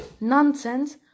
nonsense